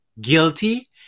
guilty